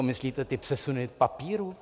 Myslíte ty přesuny papíru?